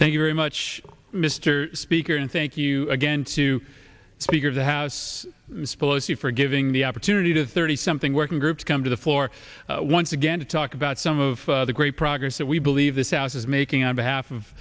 thank you very much mr speaker and thank you again to the speaker of the house suppose you for giving the opportunity to thirty something working groups come to the floor once again to talk about some of the great progress that we believe this house is making on behalf of